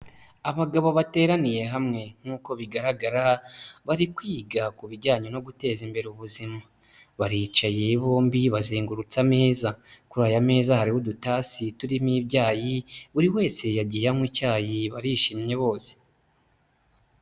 Abagabo bateraniye hamwe, nkuko bigaragara bari kwiga ku bijyanye no guteza imbere ubuzima baricaye bombi bazengutsa ameza, kuri aya meza hariho udutasi turimo ibyayi buri wese yagiye anywa icyayi, barishimye bose.